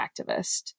activist